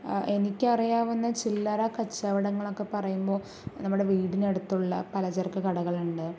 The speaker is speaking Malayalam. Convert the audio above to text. എനിക്കറിയാവുന്ന ചില്ലറ കച്ചവടങ്ങളൊക്കെ പറയുമ്പോൾ നമ്മുടെ വീടിനടുത്തുള്ള പലചരക്ക് കടകളുണ്ട്